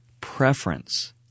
Preference